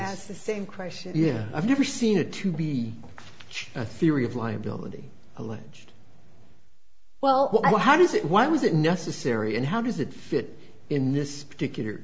as the same question i've never seen it to be a theory of liability alleged well how does it why was it necessary and how does it fit in this particular